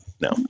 No